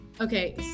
Okay